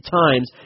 times